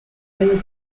and